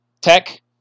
Tech